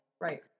Right